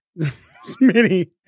Smitty